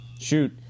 shoot